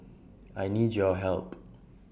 I need your help